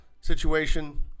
situation